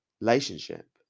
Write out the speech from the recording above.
relationship